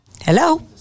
Hello